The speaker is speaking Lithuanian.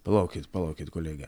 palaukit palaukit kolege